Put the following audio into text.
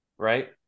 right